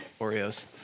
Oreos